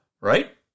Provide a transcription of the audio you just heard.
right